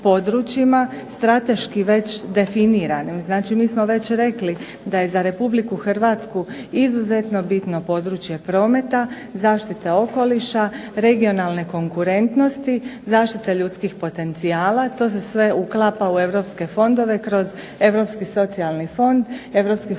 strateški već definirana. Znači mi smo već rekli da je za Republike Hrvatsku izuzetno bitno područje prometa, zaštite okoliša, regionalne konkurentnosti, zaštite ljudskih potencijala. To se sve uklapa u europske fondove kroz Europski socijalni fond, Europski fond